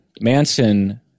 Manson